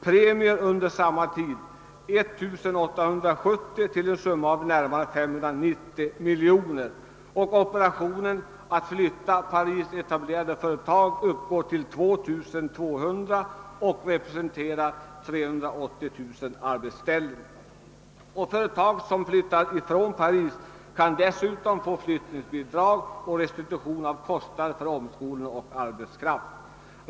Premierna under samma tid uppgick till en summa av närmare 590 miljoner francs. Operationen att flytta parisetablerade företag omfattar 2200 företag och representerar 380 000 arbetsställen. Företag som flyttar från Paris kan dessutom få flyttningsbidrag och restitution av kostnader för omskolning av arbetskraften.